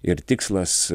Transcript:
ir tikslas